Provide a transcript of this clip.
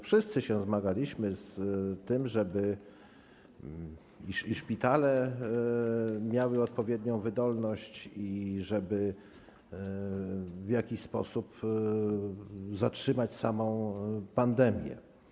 Wszyscy zmagaliśmy się z tym, żeby szpitale miały odpowiednią wydolność i żeby w jakiś sposób zatrzymać samą pandemię.